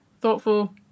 Thoughtful